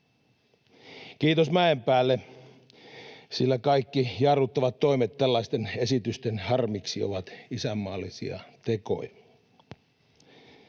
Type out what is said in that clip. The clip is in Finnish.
Kiitos Mäenpäälle, sillä kaikki jarruttavat toimet tällaisten esitysten harmiksi ovat isänmaallisia tekoja.